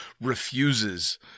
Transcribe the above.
refuses